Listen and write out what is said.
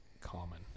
common